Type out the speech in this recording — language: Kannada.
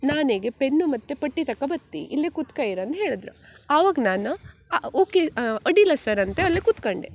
ನಾನೆಗೆ ಪೆನ್ನು ಮತ್ತು ಪಟ್ಟಿ ತಕಬತ್ತಿ ಇಲ್ಲೇ ಕುತ್ಕಯಿರು ಅಂದು ಹೇಳದ್ರು ಆವಾಗ ನಾನು ಓಕೆ ಅಡ್ಡಿಯಿಲ್ಲ ಸರ್ ಅಂತ ಅಲ್ಲೇ ಕೂತ್ಕಂಡೆ